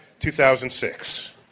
2006